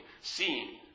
Seeing